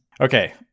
Okay